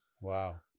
Wow